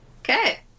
Okay